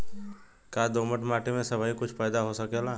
का दोमट माटी में सबही कुछ पैदा हो सकेला?